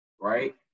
right